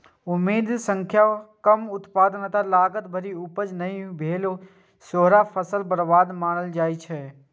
उम्मीद सं कम उत्पादन आ लागत भरि उपज नहि भेला कें सेहो फसल बर्बादी मानल जाइ छै